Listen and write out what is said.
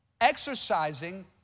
exercising